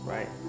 Right